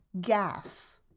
gas